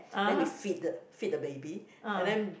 then we feed the feed the baby and then